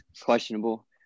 Questionable